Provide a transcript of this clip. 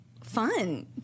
fun